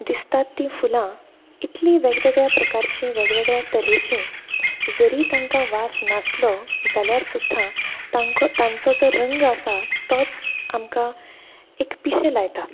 दिसतात ती फुलां इतलीं वेगवेगळ्या प्रकारची वेगवेगळ्या तरेची जरी तांकां वास नासलो जाल्यार सुद्दां तांकां तांचो जो रंग आसा तोच आमकां एक पिशें लायता